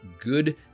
good